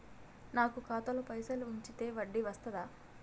నాకు ఖాతాలో పైసలు ఉంచితే వడ్డీ వస్తదా?